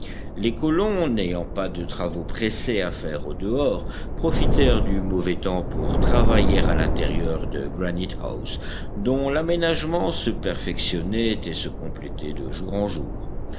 les colons n'ayant pas de travaux pressés à faire au dehors profitèrent du mauvais temps pour travailler à l'intérieur de granite house dont l'aménagement se perfectionnait et se complétait de jour en jour